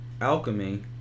Alchemy